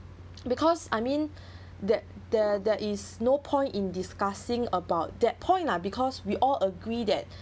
because I mean that there there is no point in discussing about that point lah because we all agree that